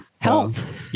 Health